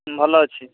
ଭଲ ଅଛି